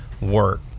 work